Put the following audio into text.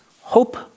hope